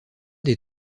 des